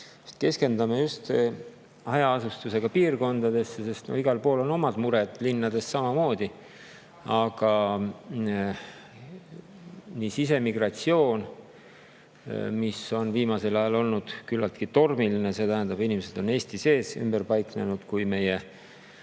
Keskendume just hajaasustusega piirkondadele. Igal pool on omad mured, linnades samamoodi, aga sisemigratsioon on viimasel ajal olnud küllaltki tormiline. See tähendab, et inimesed on Eesti sees ümber paiknenud ja ka meie